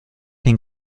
den